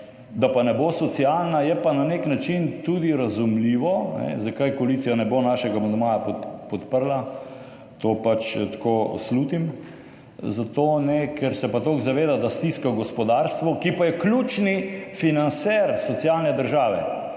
Da pa ne bo socialna, je pa na nek način tudi razumljivo. Zakaj koalicija ne bo podprla našega amandmaja? To pač slutim. Zato ne, ker se zaveda, da stiska gospodarstvo, ki pa je ključni financer socialne države,